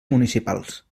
municipals